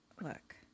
look